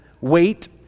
wait